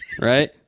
Right